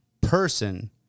person